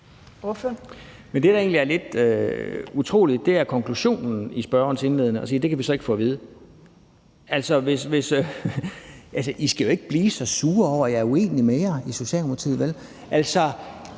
egentlig er lidt utroligt, er konklusionen i spørgerens indlæg, altså at man siger: Det kan vi så ikke få at vide. Altså, I skal jo ikke blive så sure over, at jeg er uenig med jer, i Socialdemokratiet,